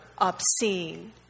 obscene